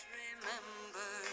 remember